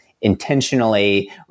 intentionally